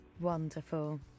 Wonderful